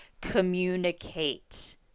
communicate